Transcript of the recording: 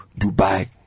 Dubai